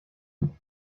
booth